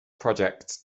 projects